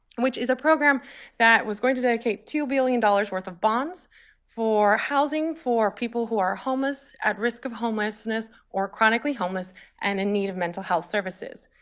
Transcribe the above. which is a program that was going to dedicate two billion dollars worth of bonds for housing for people who are homeless, at risk of homelessness, or chronically homeless and in need of mental health services.